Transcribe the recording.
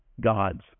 God's